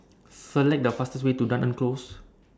Select The fastest Way to Dunearn Close